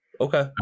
Okay